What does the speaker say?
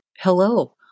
Hello